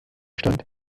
stand